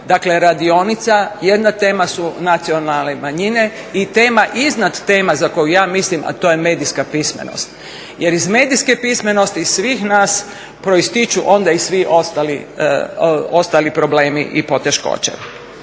dakle radionica, jedna tema su nacionalne manjine i tema iznad tema za koju mislim, a to je medijska pismenost, jer iz medijske pismenosti svih nas proističu onda i svi ostali problemi i poteškoće.